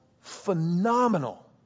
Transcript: phenomenal